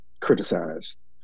criticized